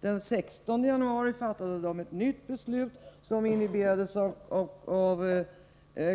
Den 16 januari fattade man ett nytt beslut, som inhiberades av